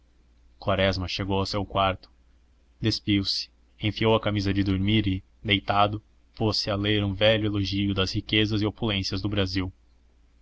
quaresma chegou a seu quarto despiu-se enfiou a camisa de dormir e deitado pôs-se a ler um velho elogio das riquezas e opulências do brasil